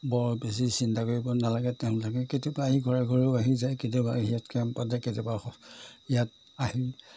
বৰ বেছি চিন্তা কৰিব নালাগে তেওঁলোকে কেতিয়াবা আহি ঘৰে ঘৰেও আহি যায় কেতিয়াবা ইয়াত কেম্প যায় কেতিয়াবা ইয়াত আহি